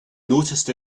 noticed